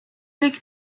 kõik